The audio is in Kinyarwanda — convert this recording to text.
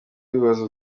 wibaza